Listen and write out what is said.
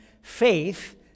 faith